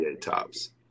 tops